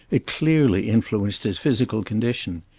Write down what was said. it clearly influenced his physical condition.